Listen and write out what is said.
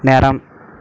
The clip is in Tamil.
நேரம்